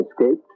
escaped